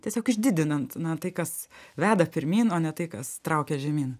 tiesiog išdidinant na tai kas veda pirmyn o ne tai kas traukia žemyn